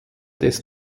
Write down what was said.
des